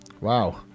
Wow